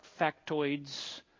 factoids